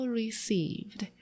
received